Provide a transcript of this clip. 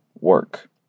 work